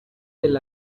del